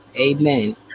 Amen